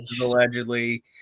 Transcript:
Allegedly